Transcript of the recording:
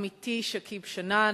עמיתי שכיב שנאן,